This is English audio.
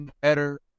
better